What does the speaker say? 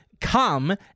come